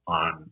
on